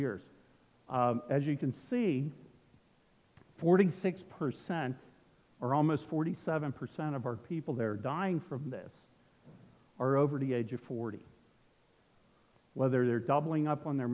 years as you can see forty six percent are almost forty seven percent of our people there dying from this are over the age of forty whether they're doubling up on their